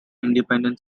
independent